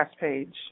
page